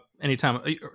anytime